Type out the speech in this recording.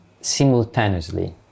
simultaneously